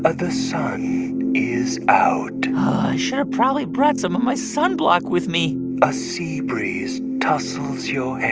but the sun is out i should've probably brought some of my sunblock with me a sea breeze tussles your hair,